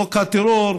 חוק הטרור,